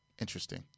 Interesting